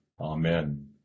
Amen